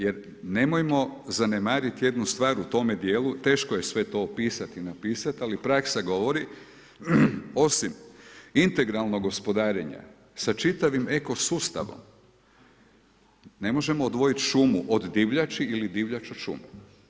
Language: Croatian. Jer nemojmo zanemarit jednu stvar u tome djelu, teško je to sve opisat i napisat, ali praksa govori, osim integralnog gospodarenja sa čitavim eko sustavom, ne možemo odvojit šumu od divljači ili divljač od šume.